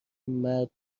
مرد